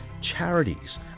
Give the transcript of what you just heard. charities